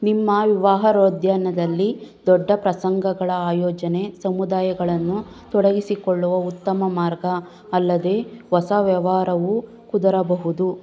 ನಿಮ್ಮ ವಿವಾಹರೋದ್ಯಾನದಲ್ಲಿ ದೊಡ್ಡ ಪ್ರಸಂಗಗಳ ಆಯೋಜನೆ ಸಮುದಾಯಗಳನ್ನು ತೊಡಗಿಸಿಕೊಳ್ಳುವ ಉತ್ತಮ ಮಾರ್ಗ ಅಲ್ಲದೇ ಹೊಸ ವ್ಯವಹಾರವೂ ಕುದುರಬಹುದು